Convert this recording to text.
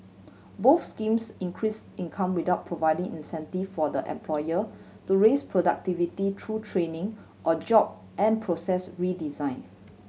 both schemes increased income without providing incentive for the employer to raise productivity through training or job and process redesign